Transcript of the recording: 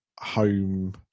home